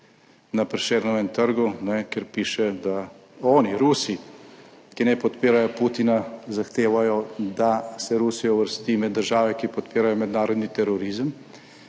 na Prešernovem trgu, kjer piše, da oni, Rusi, ki ne podpirajo Putina, zahtevajo, da se Rusija uvrsti med države, ki podpirajo mednarodni terorizem